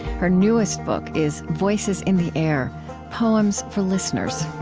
her newest book is voices in the air poems for listeners